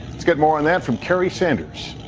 let's get more and and from kerry sanders.